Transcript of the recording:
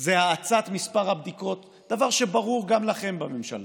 זה הגדלת מספר הבדיקות, דבר שברור גם לכם, בממשלה.